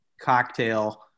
cocktail